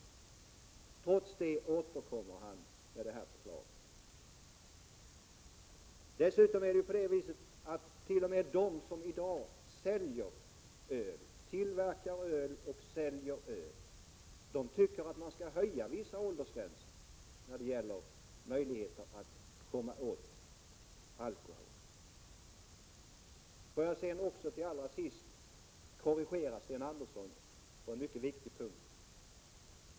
Trots detta återkommer Sten Andersson med det här förslaget. T.o.m. de som i dag tillverkar och säljer öl tycker att man skall höja åldersgränsen när det gäller möjligheten att komma åt alkohol. Får jag till sist korrigera Sten Andersson på en mycket viktig punkt.